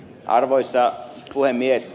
arvoisa puhemies